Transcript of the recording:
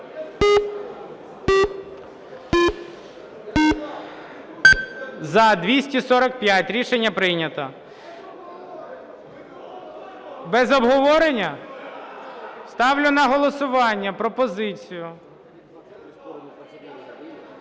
За-245 Рішення прийнято. Без обговорення? Ставлю на голосування пропозицію…